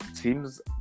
Teams